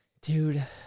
dude